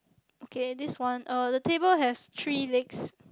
okay this one uh the table has three legs